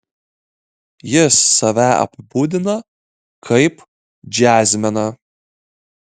jis save apibūdina kaip džiazmeną